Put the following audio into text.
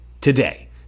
today